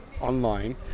online